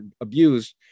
abused